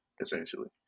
essentially